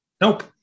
Nope